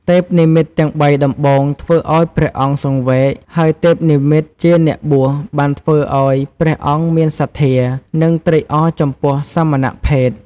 ទេពនិមិត្តទាំងបីដំបូងធ្វើឲ្យព្រះអង្គសង្វេគ ហើយទេពនិមិត្តជាអ្នកបួសបានធ្វើឲ្យព្រះអង្គមានសទ្ធា និងត្រេកអរចំពោះសមណភេទ។